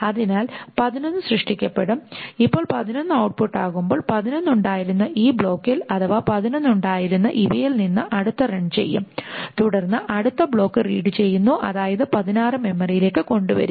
അതിനാൽ 11 സൃഷ്ടിക്കപ്പെടും ഇപ്പോൾ 11 ഔട്ട്പുട്ട് ആകുമ്പോൾ 11 ഉണ്ടായിരുന്ന ഈ ബ്ലോക്കിൽ അഥവാ 11 ഉണ്ടായിരുന്ന ഇവയിൽ നിന്ന് അടുത്തത് റൺ ചെയ്യും തുടർന്ന് അടുത്ത ബ്ലോക്ക് റീഡ് ചെയ്യുന്നു അതായത് 16 മെമ്മറിയിലേക്കു കൊണ്ടുവരും